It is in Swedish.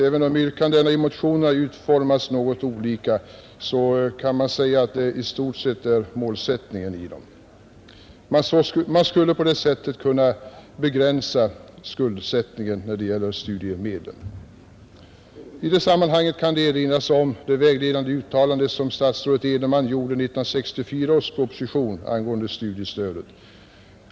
Även om yrkandena i motionerna utformats något olika, kan detta sägas i stort sett vara målsättningen i dem. Man skulle på det sättet kunna begränsa skuldsättningen när det gäller studiemedlen. I detta sammanhang kan det erinras om det vägledande uttalande som statsrådet Edenman gjorde i 1964 års proposition angående studiestödet.